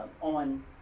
on